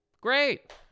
Great